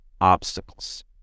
Obstacles